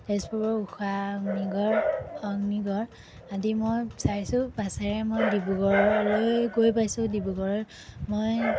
তেজপুৰৰ ঊষা অগ্নিগড় অগ্নিগড় আদি মই চাইছোঁ বাছেৰে মই ডিব্ৰুগড়লৈ গৈ পাইছোঁ ডিব্ৰুগড় মই